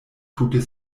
tute